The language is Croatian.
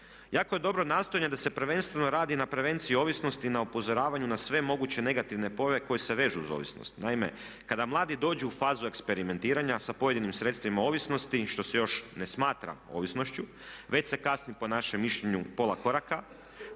Jako je dobro nastojanje da se prvenstveno radi na prevenciji ovisnosti na upozoravanju na sve moguće negativne pore koje se vežu uz ovisnost. Naime, kada mladi dođu u fazu eksperimentiranja sa pojedinim sredstvima ovisnosti što se još ne smatra ovisnošću već se kasni po našem mišljenju pola koraka,